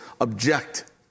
object